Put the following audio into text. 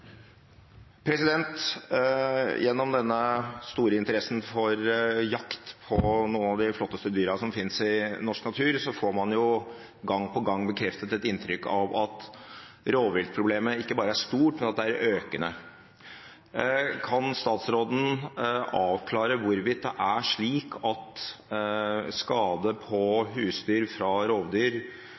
oppfølgingsspørsmål. Gjennom denne store interessen for jakt på noen av de flotteste dyrene som finnes i norsk natur, får man gang på gang bekreftet et inntrykk av at rovviltproblemet ikke bare er stort, men at det er økende. Kan statsråden avklare hvorvidt det er slik at skade på husdyr fra rovdyr